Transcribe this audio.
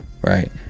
right